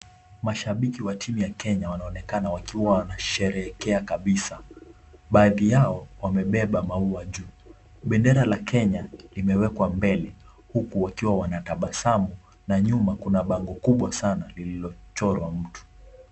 Mashabiki wa timu ya Kenya wanaonekana wakiwa wanasherehekea kabisa, baadhi yao wamebeba maua juu, bendera la Kenya limewekwa mbele huku, wakiwa wanatabasamu na nyuma kuna bango kubwa sana lililochorwa mtu.